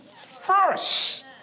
first